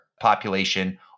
population